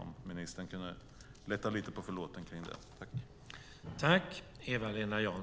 Kan ministern lätta lite på förlåten kring det?